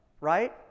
right